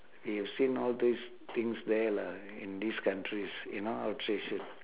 they have seen all these things there lah in these countries you know outstation